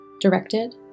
directed